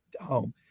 home